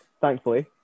thankfully